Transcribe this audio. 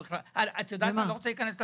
אני לא רוצה להיכנס לוועדה.